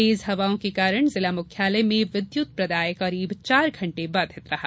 तेज हवाओं के कारण जिला मुख्यालय में विद्युत प्रदाय करीब चार घंटे बाधित रहा